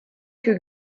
que